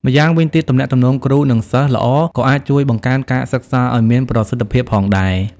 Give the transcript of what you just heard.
ម្យ៉ាងវិញទៀតទំនាក់ទំនងគ្រូនិងសិស្សល្អក៏អាចជួយបង្កើនការសិក្សាឱ្យមានប្រសិទ្ធភាពផងដែរ។